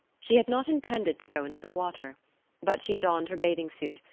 she had not intended to go into the water but she donned her bathing suit,